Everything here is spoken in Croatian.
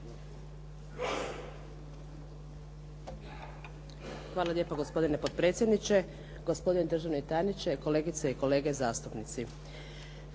Hvala lijepo gospodine potpredsjedniče, gospodine državni tajniče, kolegice i kolege zastupnici.